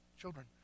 children